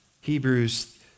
Hebrews